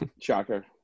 Shocker